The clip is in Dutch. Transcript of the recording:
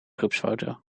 groepsfoto